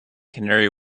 canary